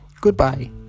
Goodbye